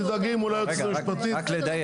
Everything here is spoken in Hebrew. תדאגי מול היועצת המשפטית --- רגע, רק לדייק.